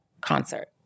concert